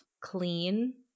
clean